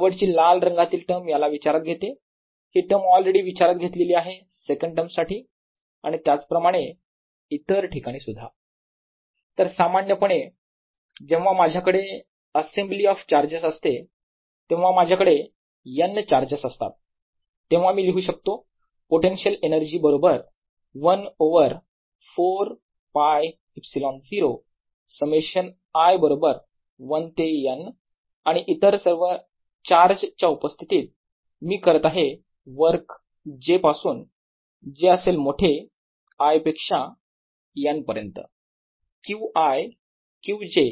शेवटची लाल रंगातील टर्म याला विचारात घेते ही टर्म ऑलरेडी विचारात घेतली आहे सेकंड टर्म साठी आणि त्याच प्रमाणे इतर ठिकाणी सुद्धा तर सामान्यपणे जेव्हा माझ्याकडे असेंबली ऑफ चार्जेस असते जेव्हा माझ्याकडे N चार्जेस असतात तेव्हा मी लिहू शकतो पोटेन्शिअल एनर्जी बरोबर 1 ओवर 4ㄫε0 समेशन i बरोबर 1 ते N आणि इतर सर्व चार्जच्या उपस्थितीत मी करत आहे वर्क j पासून जे असेल मोठे i पेक्षा N पर्यंत Q i Q j